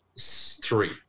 Three